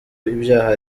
ibyaha